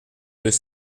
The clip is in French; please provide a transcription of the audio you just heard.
deux